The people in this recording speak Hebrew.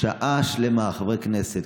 שעה שלמה חברי כנסת,